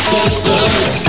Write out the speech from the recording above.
Sisters